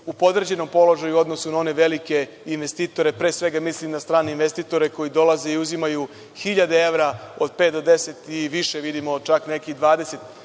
u podređenom položaju u odnosu na one velike investitore, pre svega mislim na strane investitore koji dolaze i uzimaju hiljade evra, od pet do deset i više, vidimo čak neki i 20